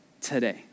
today